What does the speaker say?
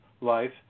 life